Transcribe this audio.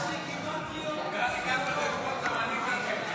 יש לי כמעט קריאות ------ בסדר, אני מדבר.